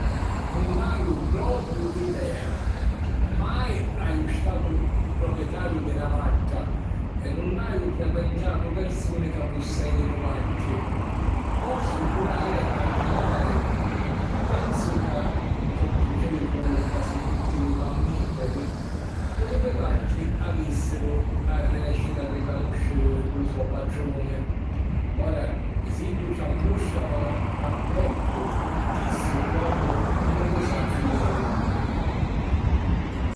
Nun haju propiu idea. Mai haju statu propietariu di na vacca e nun haju frequentatu persuni ca pussèdinu vacchi. Pozzu pruvari a immaginari... pensu ca, comu succedi cu quasi tutti li mammìferi, puru li vacchi avìssiru a arrinèsciri a ricanùsciri lu so patruni. Ora, siddu ci ammùstranu affettu, chissu propiu nun lu sacciu diri.